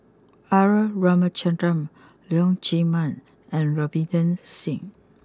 R Ramachandran Leong Chee Mun and Ravinder Singh